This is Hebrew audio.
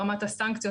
ברפורמת הקורנפלקס,